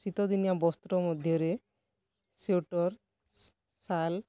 ଶୀତଦିନଆ ବସ୍ତ୍ର ମଧ୍ୟରେ ସ୍ଵେଟର୍ ଶାଲ୍